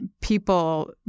people